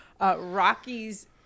Rockies